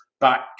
back